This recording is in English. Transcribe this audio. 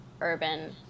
urban